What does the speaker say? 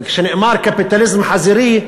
וכשנאמר "קפיטליזם חזירי",